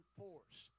force